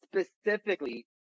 specifically